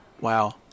Wow